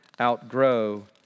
outgrow